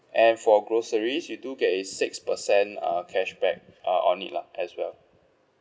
and for groceries you do get is six per cent uh cashback uh on it lah as well